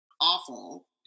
awful